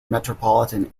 metropolitan